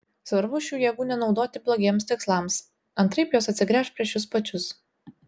svarbu šių jėgų nenaudoti blogiems tikslams antraip jos atsigręš prieš jus pačius